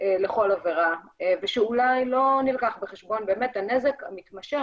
לכל עבירה ושאולי לא נלקח בחשבון באמת הנזק המתמשך